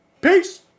Peace